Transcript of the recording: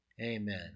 Amen